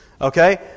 Okay